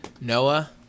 Noah